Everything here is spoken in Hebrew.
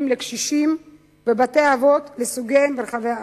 לקשישים ובתי-האבות לסוגיהם ברחבי הארץ.